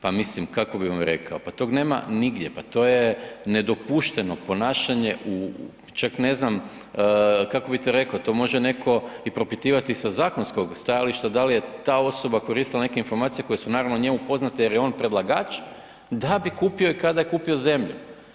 Pa mislim kako bi vam rekao, pa tog nema nigdje, pa to je nedopušteno ponašanje, čak ne znam kako bi to rekao, to može netko i propitivati sa zakonskog stajališta, da li je ta osoba koristila neke informacije koje su naravno njemu poznate jer je on predlagač, da bi kupio i kada je kupio zemlju.